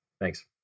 Thanks